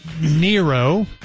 Nero